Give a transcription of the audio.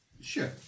Sure